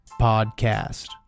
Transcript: podcast